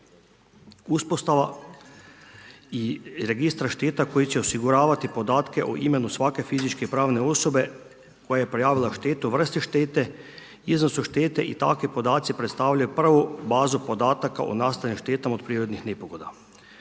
Uspostava i registar šteta koji će osiguravati podatke o imenu svake fizičke i pravne osobe koja je prijavila štetu, vrste štete, iznos od štete i takvi podaci predstavljaju prvu bazu podataka o nastalim štetama od prirodnih nepogoda.